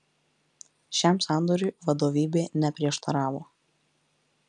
šiam sandoriui vadovybė neprieštaravo